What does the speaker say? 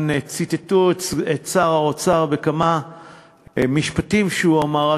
ציטטו כאן את שר האוצר בכמה משפטים שהוא אמר,